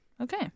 Okay